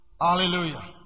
Hallelujah